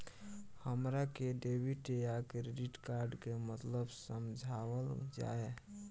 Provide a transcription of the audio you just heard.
हमरा के डेबिट या क्रेडिट कार्ड के मतलब समझावल जाय?